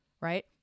Right